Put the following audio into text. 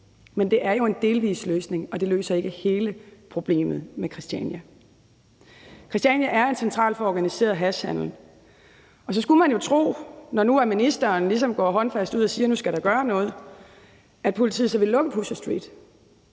Men det er jo en delvis løsning; det løser ikke hele problemet med Christiania. Christiania er en central for organiseret hashhandel, og så skulle man jo tro, når nu ministeren går ud og siger,